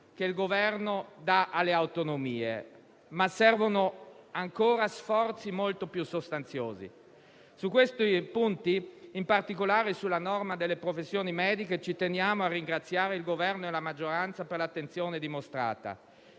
che il Governo dà alle autonomie, ma servono ancora sforzi molto più sostanziosi. Su questi punti, in particolare sulla norma delle professioni mediche, teniamo a ringraziare il Governo e la maggioranza per l'attenzione dimostrata.